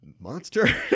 monster